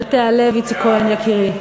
איציק כהן, יקירי.